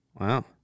Wow